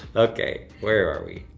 okay, where are we?